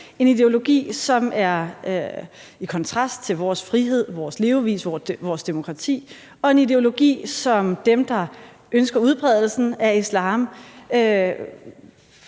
en ideologi, som er i kontrast til vores frihed, vores levevis, vores demokrati, og det er en ideologi, som har den effekt på